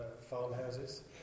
farmhouses